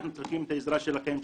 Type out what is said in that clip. אנחנו צריכים את העזרה שלכם.